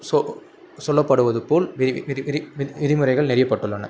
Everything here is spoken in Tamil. சொ சொல்லப்படுவதுபோல் விரி விதி விரி விதி விதிமுறைகள் நெறியப்பட்டுள்ளன